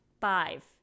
five